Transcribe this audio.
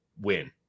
win